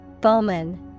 Bowman